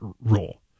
role